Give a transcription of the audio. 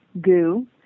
goo